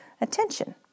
attention